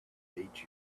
hate